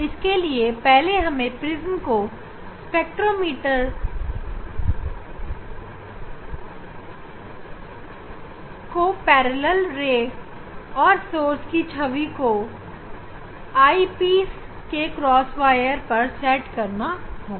लेकिन सबसे पहले हमें प्रिज्म स्पेक्ट्रोमीटर को समांतर किरणें के लिए और सोर्स की छवि को आईपीस के क्रॉस वायर पर सेट करना होगा